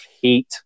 heat